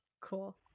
Cool